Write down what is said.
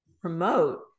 promote